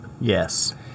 Yes